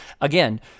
Again